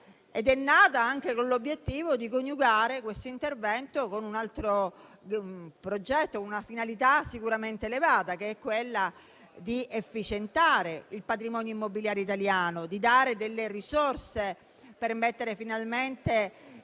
Ed è nata anche con l'obiettivo di coniugare questo intervento con un altro progetto, una finalità sicuramente elevata, che è quella di efficientare il patrimonio immobiliare italiano e di dare delle risorse per mettere finalmente